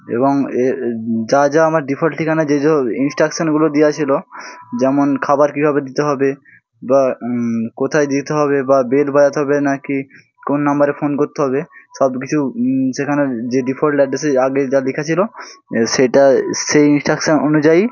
এবং এর যা যা আমার ডিফল্ট ঠিকানা যে যে ইন্সট্রাকশনগুলো দিয়া ছিলো যেমন খাবার কীভাবে দিতে হবে বা কোথায় দিতে হবে বা বেল বাজাতে হবে না কি কোন নাম্বারে ফোন করতে হবে সব কিছু সেখানে যে ডিফল্ট অ্যাড্রেসে আগে যা লেখা ছিলো সেটা সেই ইন্সট্রাকশন অনুযায়ী